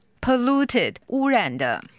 Polluted,污染的